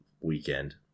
weekend